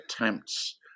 attempts